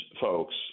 folks